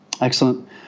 Excellent